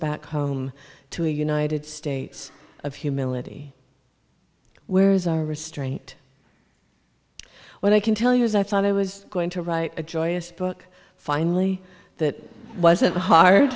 back home to a united states of humility where's our restraint when i can tell you as i thought i was going to write a joyous book finally that wasn't hard